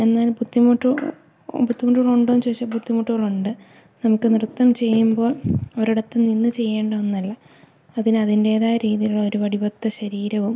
എന്നാൽ ബുദ്ധിമുട്ടു ബുദ്ധിമുട്ടുകളുണ്ടോ എന്നു ചോദിച്ചാല് ബുദ്ധിമുട്ടുകളുണ്ട് നമുക്കു നൃത്തം ചെയ്യുമ്പോൾ ഒരിടത്തുനിന്നു ചെയ്യേണ്ട ഒന്നല്ല അതിന് അതിന്റേതായ രീതിയില് ഒരു വടിവൊത്ത ശരീരവും